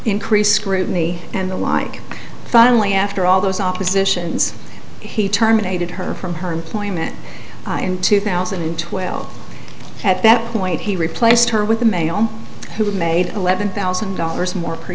increased scrutiny and the like finally after all those oppositions he terminated her from her employment in two thousand and twelve at that point he replaced her with a male who made eleven thousand dollars more